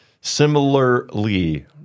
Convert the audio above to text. similarly